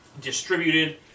distributed